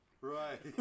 right